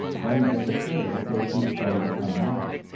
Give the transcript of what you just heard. ben de la cretaz said he's going to come back